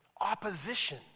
Opposition